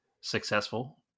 successful